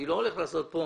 אני לא הולך לעשות כאן